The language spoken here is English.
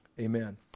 Amen